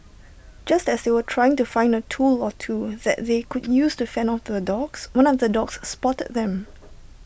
just as they were trying to find A tool or two that they could use to fend off the dogs one of the dogs spotted them